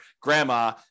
grandma